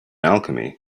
alchemy